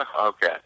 Okay